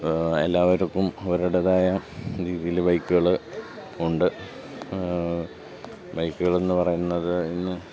എല്ലാവർക്കും അവരുടേതായ രീതിയിൽ ബൈക്കുകൾ ഉണ്ട് ബൈക്കുകളെന്ന് പറയുന്നത് ഇന്ന്